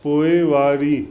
पोइवारी